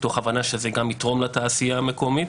מתוך הבנה שזה גם יתרום לתעשייה המקומית